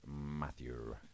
Matthew